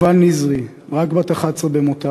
יובל ניזרי, רק בת 11 במותה,